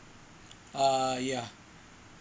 err yeah